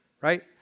right